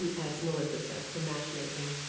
and as melissa says, for matchmaking.